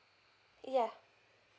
yeah